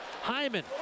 Hyman